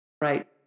Right